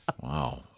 Wow